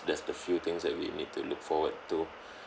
that's the few things that we need to look forward to